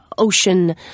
Ocean